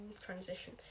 transition